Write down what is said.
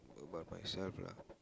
about myself lah